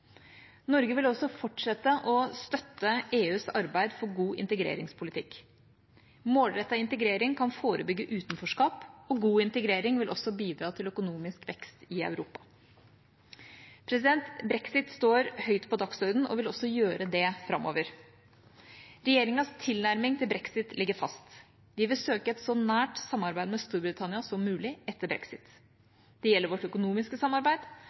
Norge vil også fortsette å støtte EUs arbeid for en god integreringspolitikk. Målrettet integrering kan forebygge utenforskap. God integrering vil også bidra til økonomisk vekst i Europa. Brexit står høyt på dagsordenen og vil også gjøre det framover. Regjeringas tilnærming til brexit ligger fast. Vi vil søke et så nært samarbeid med Storbritannia som mulig etter brexit. Det gjelder vårt økonomiske samarbeid,